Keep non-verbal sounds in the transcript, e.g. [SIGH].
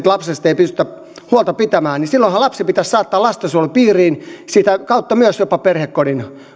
[UNINTELLIGIBLE] lapsesta ei pystytä huolta pitämään niin silloinhan lapsi pitäisi saattaa lastensuojelun piiriin ja sitä kautta myös jopa perhekodin